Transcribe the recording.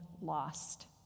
lost